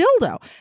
dildo